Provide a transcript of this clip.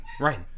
Right